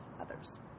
others